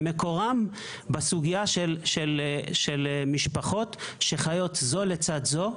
מקורן בסוגיה של משפחות שחיות זו לצד זו.